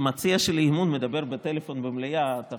שהיה מתבקש לו המציעים רצו לנהל דיון רציני בשתי